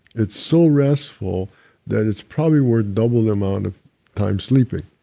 it's so restful that it's probably worth double the amount of time sleeping,